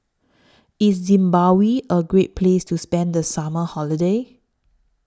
IS Zimbabwe A Great Place to spend The Summer Holiday